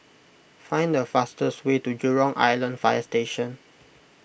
find the fastest way to Jurong Island Fire Station